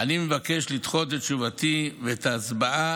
אני מבקש לדחות את תשובתי ואת ההצבעה